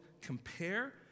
compare